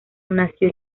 nació